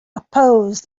oppose